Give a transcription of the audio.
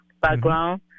background